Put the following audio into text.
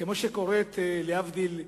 כמו שקורית, להבדיל,